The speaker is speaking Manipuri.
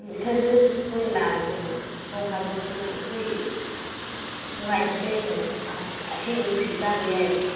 ꯎꯝ ꯏꯊꯟꯗ ꯑꯣꯏꯅ ꯂꯥꯛꯑꯒꯦ ꯀꯩꯅꯣ ꯅꯣꯡ ꯐꯥꯗꯣꯛꯁꯨ ꯑꯩꯈꯣꯏ ꯅꯨꯡꯉꯥꯏꯊꯣꯛꯄ ꯌꯥꯏ ꯀꯩꯅꯣ ꯑꯁꯦꯡꯕ ꯅꯨꯡꯁꯤꯠ ꯆꯥꯔꯨ ꯌꯥꯏꯑꯕ